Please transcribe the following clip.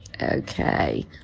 Okay